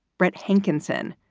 brett hankinson,